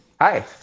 Hi